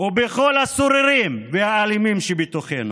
ובכל הסוררים והאלימים שבתוכנו,